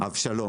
אבשלום